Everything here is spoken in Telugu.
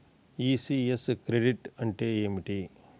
ఈ.సి.యస్ క్రెడిట్ అంటే ఏమిటి?